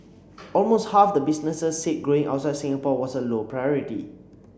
almost half the businesses said growing outside Singapore was a low priority